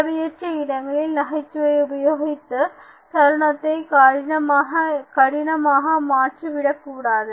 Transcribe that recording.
தேவையற்ற இடங்களில் நகைச்சுவையை உபயோகித்து தருணத்தை கடினமாக மாற்றிவிடக் கூடாது